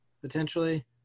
potentially